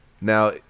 now